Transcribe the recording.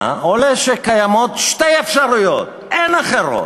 עולה שקיימות שתי אפשרויות" אין אחרות.